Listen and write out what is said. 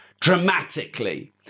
dramatically